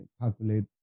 calculate